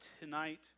tonight